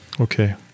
Okay